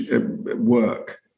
work